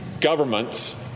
governments